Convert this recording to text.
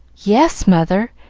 yes, mother!